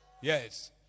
Yes